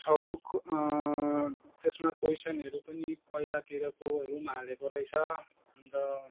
छ बुक त्यसमा क्वेश्चनहरू पनि पहिलातिरकोहरू पनि हालेको रहेछ अन्त